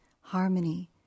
harmony